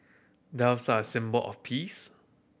doves are a symbol of peace